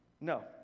No